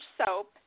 soap